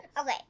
Okay